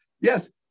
Yes